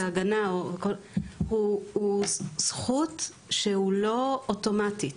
-- מחוק ההגנה, הוא זכות שהיא לא אוטומטית.